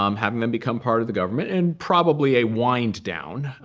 um having them become part of the government and probably a wind down,